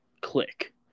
click